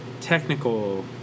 technical